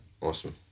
Awesome